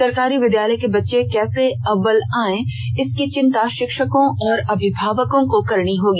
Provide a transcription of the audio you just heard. सरकारी विद्यालय के बच्चे कैसे अव्वल आए इसकी चिंता शिक्षकों और अभिभावकों को करनी होगी